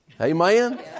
Amen